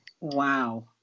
Wow